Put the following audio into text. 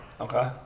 Okay